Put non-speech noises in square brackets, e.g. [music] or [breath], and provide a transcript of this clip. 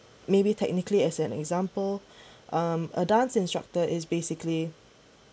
maybe technically as an example [breath] um a dance instructor is basically